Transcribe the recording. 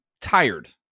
tired